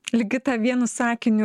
ligita vienu sakiniu